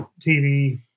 tv